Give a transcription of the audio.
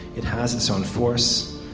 it has its own force,